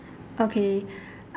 okay